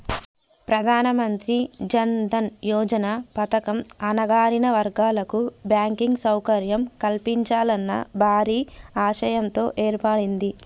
ప్రధానమంత్రి జన్ దన్ యోజన పథకం అణగారిన వర్గాల కు బ్యాంకింగ్ సౌకర్యం కల్పించాలన్న భారీ ఆశయంతో ఏర్పడింది